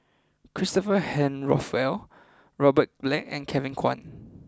Christopher Henry Rothwell Robert Black and Kevin Kwan